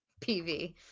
PV